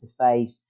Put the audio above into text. interface